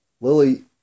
Lily